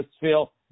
feel